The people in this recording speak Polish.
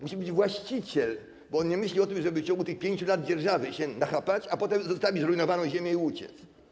Musi być właściciel, bo on nie myśli o tym, żeby w ciągu tych 5 lat dzierżawy się nachapać, a potem zostawić zrujnowaną ziemię i uciec.